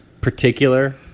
particular